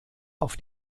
auf